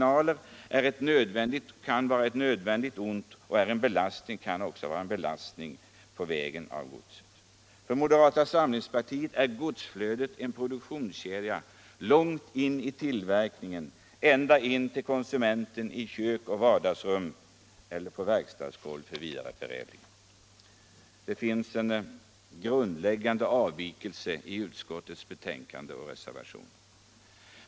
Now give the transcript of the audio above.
I ett sådant system kan godsterminaler vara ett nödvändigt ont och en belastning. För moderata samlingspartiet är godsflödet en produktionskedja som börjar långt in i tillverkningen och slutar i köket eller vardagsrummet hos konsumenten eller på verkstadsgolvet, om godset skall vidareförädlas. Det finns en grundläggande skillnad mellan utskottets betänkande och reservationerna.